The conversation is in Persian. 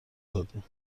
داده